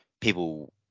people